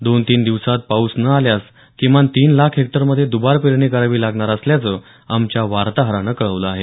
दोन तीन दिवसांत पाऊस न आल्यास किमान तीन लाख हेक्टरमध्ये दबार पेरणी करावी लागणार असल्याचं आमच्या वार्ताहरानं कळवलं आहे